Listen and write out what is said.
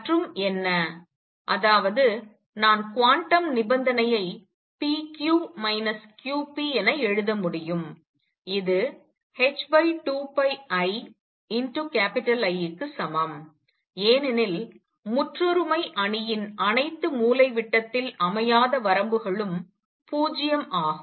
மற்றும் என்ன அதாவது நான் குவாண்டம் நிபந்தனையை p q q p என எழுத முடியும் இது h2πiI க்கு சமம் ஏனெனில் முற்றொருமை அணியின் அனைத்து மூலை விட்டத்தில் அமையாத வரம்புகளும் 0 ஆகும்